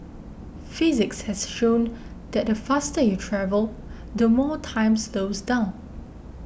physics has shown that the faster you travel the more time slows down